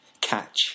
Catch